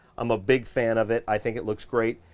i'm a big fan of it. i think it looks great.